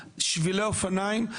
שבילי אופניים,